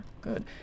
Good